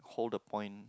hold the point